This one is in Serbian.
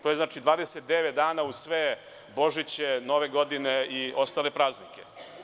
To je znači 29 dana uz sve Božiće, nove godine i ostale praznike.